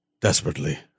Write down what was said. desperately